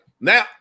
now